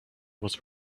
was